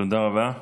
תודה רבה.